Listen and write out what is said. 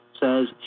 says